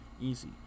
Easy